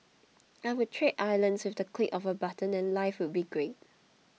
I would trade islands with the click of a button and life would be great